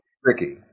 tricky